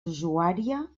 usuària